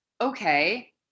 Okay